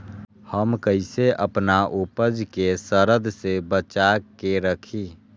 हम कईसे अपना उपज के सरद से बचा के रखी?